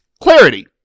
clarity